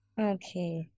Okay